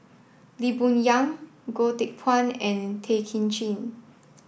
Lee Boon Yang Goh Teck Phuan and Tay Kay Chin